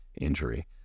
injury